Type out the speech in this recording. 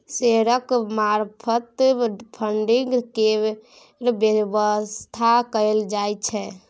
शेयरक मार्फत फडिंग केर बेबस्था कएल जाइ छै